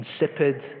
insipid